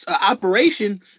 operation